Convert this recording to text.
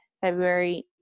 February